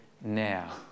now